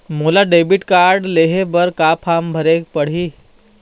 मोला debit card लेहे बर का का फार्म भरेक पड़ही?